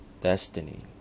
destiny